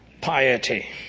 piety